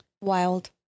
wild